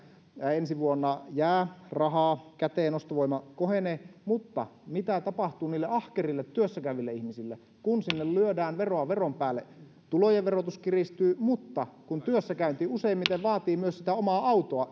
ensi vuonna jää rahaa käteen ostovoima kohenee mutta mitä tapahtuu niille ahkerille työssä käyville ihmisille kun sinne lyödään veroa veron päälle tulojen verotus kiristyy ja liikennepolttoaineiden verotusta kiristetään kahdellasadallaviidelläkymmenellä miljoonalla eurolla mutta työssäkäynti useimmiten vaatii myös sitä omaa autoa